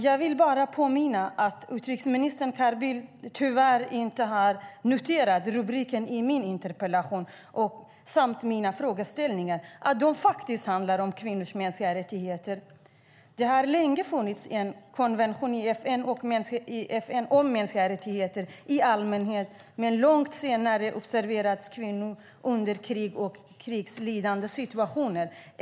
Jag vill bara påpeka att utrikesminister Carl Bildt tyvärr inte har noterat rubriken i min interpellation samt mina frågeställningar, att de faktiskt handlar om kvinnors mänskliga rättigheter. Det har länge funnits en konvention i FN om mänskliga rättigheter i allmänhet, men långt senare observerades kvinnor under krig och krigsliknande situationer.